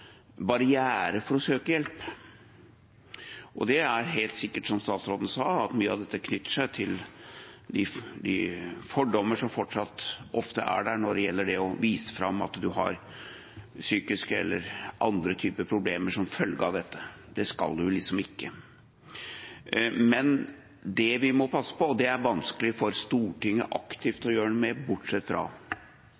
barriere for å søke hjelp. Og det er helt sikkert, som statsråden sa, at mye av dette knytter seg til de fordommene som fortsatt ofte er der når det gjelder det å vise fram at man har psykiske eller andre typer problemer som følge av dette. Det skal man liksom ikke gjøre. Dette er det vanskelig for Stortinget å gjøre noe aktivt